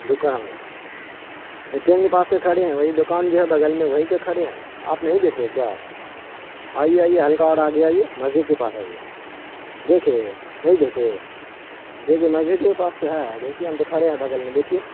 دکان A T M کے پاس تو کھڑے ہیں وہی دکان جو ہے بغل میں وہیں تو کھڑے ہیں آپ نہیں دیکھ رہے ہیں کیا آئیے آئیے ہلکا اور آگے آئیے مسجد کے پاس آئیے دیکھے نہیں دیکھے دیکھیے مسجد کے پاس تو ہے دیکھیے ہم تو کھڑے ہیں بغل میں دیکھیے